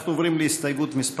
אנחנו עוברים להסתייגות מס'